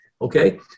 Okay